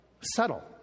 Subtle